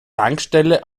tankstelle